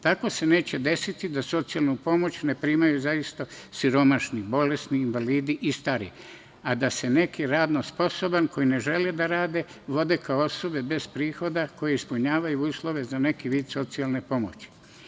Tako se neće desiti da socijalnu pomoć ne primaju zaista siromašni, bolesni, invalidi i stari, a da se neki radno sposobni koji ne žele da rade vode kao osobe bez prihoda koji ispunjavaju uslove za neki vid socijalne pomoći.